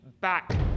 back